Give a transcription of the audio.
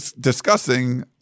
discussing